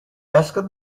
asked